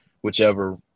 whichever